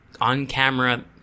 on-camera